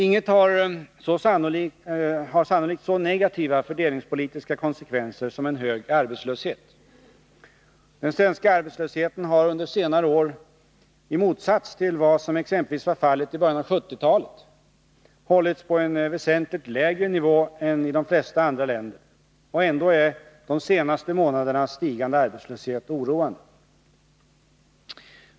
Inget har sannolikt så negativa fördelningspolitiska konsekvenser som en hög arbetslöshet. Den svenska arbetslösheten har under senare år — i motsats till vad som exempelvis var fallet i början av 1970-talet — hållits på en väsentligt lägre nivå än i de flesta andra länder. Ändå är de senaste månadernas stigande arbetslöshet oroande.